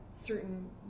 certain